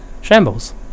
shambles